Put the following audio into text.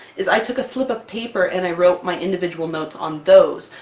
is i took a slip of paper and i wrote my individual notes on those,